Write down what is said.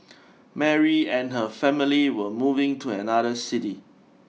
Mary and her family were moving to another city